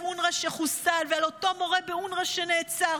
אונר"א שחוסל ועל אותו מורה באונר"א שנעצר.